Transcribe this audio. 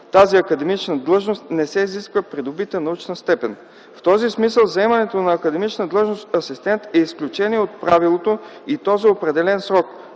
тази академична длъжност не се изисква придобита научна степен. В този смисъл заемането на академична длъжност „асистент” е изключение от правилото и то за определен срок,